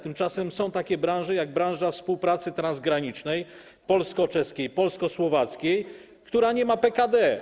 Tymczasem są takie branże jak branża współpracy transgranicznej polsko-czeskiej, polsko-słowackiej, które nie mają PKD.